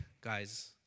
guys